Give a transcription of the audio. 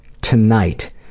Tonight